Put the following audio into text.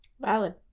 Valid